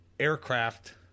aircraft